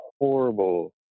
horrible